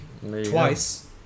Twice